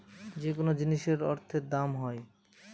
যেকোনো জিনিসের অর্থের দাম হয়